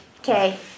Okay